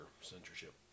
censorship